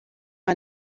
mal